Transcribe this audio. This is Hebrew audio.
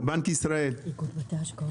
לא.